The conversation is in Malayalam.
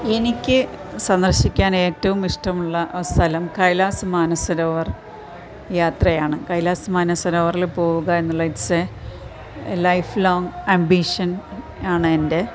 എനിക്ക് സന്ദർശിക്കാൻ ഏറ്റവും ഇഷ്ടമുള്ള സ്ഥലം കൈലാസ മാനസരോവർ യാത്രയാണ് കൈലാസം മാനസരോവറിൽ പോകുക എന്നുള്ളത് ഇറ്റ്സ് എ ലൈഫ് ലോങ്ങ് അംബീഷൻനാണ് എൻ്റെ